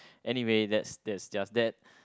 anyway that's that's just that